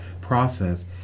process